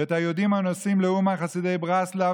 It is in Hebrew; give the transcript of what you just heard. ואת היהודים הנוסעים לאומן, חסידי ברסלב,